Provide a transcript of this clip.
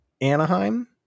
Anaheim